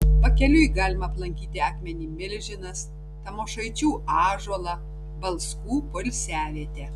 pakeliui galima aplankyti akmenį milžinas tamošaičių ąžuolą balskų poilsiavietę